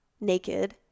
naked